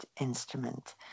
instrument